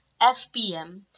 FPM